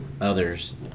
others